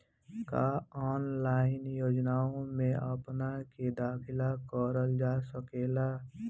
का ऑनलाइन योजनाओ में अपना के दाखिल करल जा सकेला?